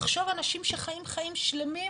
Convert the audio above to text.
לחשוב על אנשים שחיים חיים שלמים